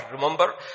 remember